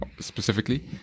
specifically